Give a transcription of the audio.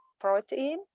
protein